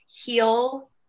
heal